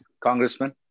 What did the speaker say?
Congressman